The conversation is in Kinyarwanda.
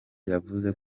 yavuze